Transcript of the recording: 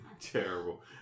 Terrible